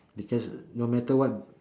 because no matter what